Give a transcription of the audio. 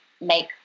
make